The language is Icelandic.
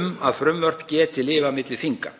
um að frumvörp geti lifað milli þinga